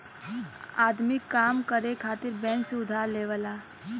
आदमी काम करे खातिर बैंक से उधार लेवला